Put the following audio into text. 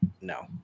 no